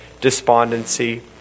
despondency